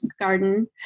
garden